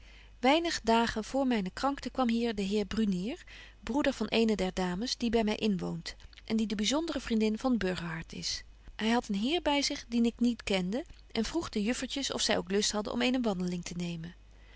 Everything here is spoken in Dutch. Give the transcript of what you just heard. weinig dagen voor myne krankte kwam hier de heer brunier broeder van eene der dames die by my inwoont en die de byzondere vriendin van burgerhart is hy hadt een heer by zich dien ik niet kende en vroeg de juffertjes of zy ook lust hadden om eene wandeling te nemen